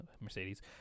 Mercedes